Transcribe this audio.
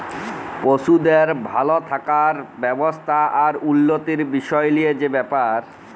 পশুদের ভাল থাকার ব্যবস্থা আর উল্যতির বিসয় লিয়ে যে ব্যাপার